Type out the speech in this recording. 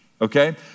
Okay